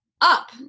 up